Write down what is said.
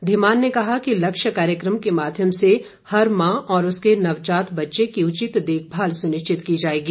धीमान ने कहा कि लक्ष्य कार्यक्रम के माध्यम से हर माँ और उसके नवजात बच्चे की उचित देखभाल सुनिश्चित की जाएगी